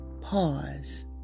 pause